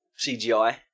CGI